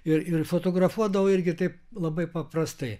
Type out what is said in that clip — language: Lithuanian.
ir ir fotografuodavau irgi taip labai paprastai